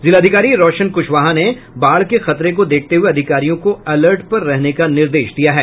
जिलाधिकारी रोशन कुशवाहा ने बाढ़ के खतरे को देखते हुए अधिकारियों को अलर्ट पर रहने का निर्देश दिया है